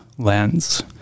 lens